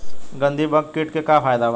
गंधी बग कीट के का फायदा बा?